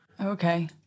Okay